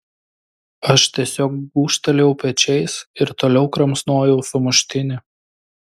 aš tiesiog gūžtelėjau pečiais ir toliau kramsnojau sumuštinį